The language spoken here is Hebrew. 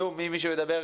יש 30 ילדים,